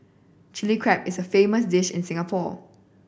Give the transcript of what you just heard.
Chilli Crab is a famous dish in Singapore